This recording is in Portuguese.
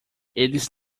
eles